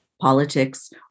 politics